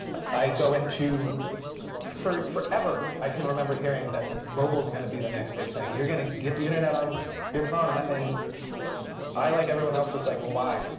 i go into forever i can remember hearing that mobile is going to be the next big thing. you're going to get the internet on your phone. and and i, like everyone else, was like, well, why?